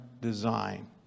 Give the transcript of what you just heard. design